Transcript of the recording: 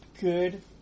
good